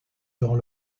durant